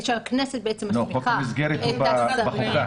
שהכנסת בעצם מסמיכה את השרים --- לא.